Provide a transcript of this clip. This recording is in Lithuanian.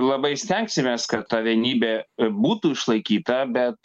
labai stengsimės kad ta vienybė būtų išlaikyta bet